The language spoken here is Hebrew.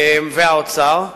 וכן האוצר.